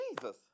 Jesus